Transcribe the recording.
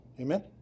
Amen